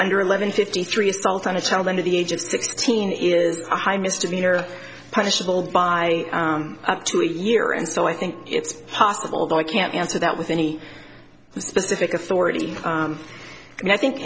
under eleven fifty three assault on a child under the age of sixteen is a high misdemeanor punishable by up to a year and so i think it's possible although i can't answer that with any specific authority and i think